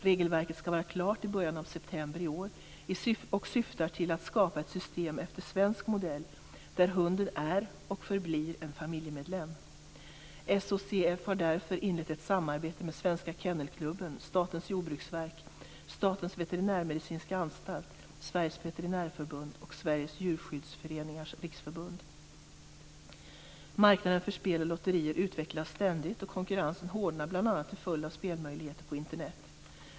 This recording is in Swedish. Regelverket skall vara klart i början av september i år och syftar till att skapa ett system efter svensk modell där hunden är och förblir en familjemedlem. SHCF har därför inlett ett samarbete med Svenska Kennelklubben, Statens jordbruksverk, Marknaden för spel och lotterier utvecklas ständigt och konkurrensen hårdnar bl.a. till följd av spelmöjligheter på Internet.